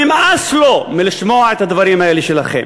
נמאס לו לשמוע את הדברים האלה שלכם.